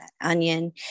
onion